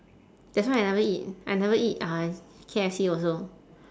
that's why I never eat I never eat uh K_F_C also